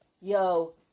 yo